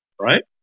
right